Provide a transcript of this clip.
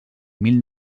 mil